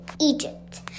Egypt